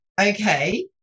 okay